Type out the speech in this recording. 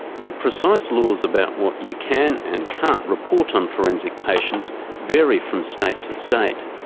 the precise laws about what you can and can't report on forensic patients vary from state to state.